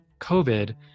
COVID